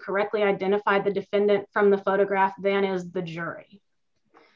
correctly identify the defendant from the photograph than it is the jury